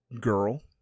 girl